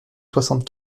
soixante